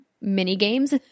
mini-games